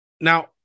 Now